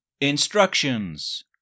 Instructions